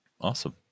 awesome